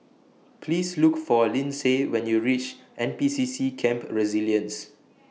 Please Look For Lyndsay when YOU REACH N P C C Camp Resilience